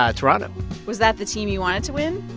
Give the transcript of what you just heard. ah toronto was that the team you wanted to win?